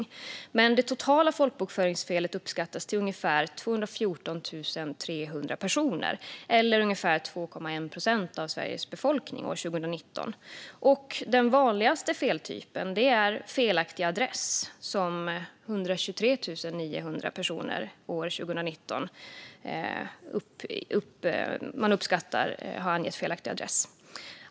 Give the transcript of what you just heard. För år 2019 uppskattas det totala folkbokföringsfelet röra ungefär 214 300 personer eller ungefär 2,1 procent av Sveriges befolkning. Den vanligaste feltypen är felaktig adress. Man uppskattar att 123 900 personer har angett felaktig adress år 2019.